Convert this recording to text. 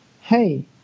Hey